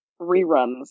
reruns